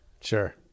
Sure